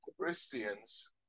christians